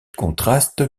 contraste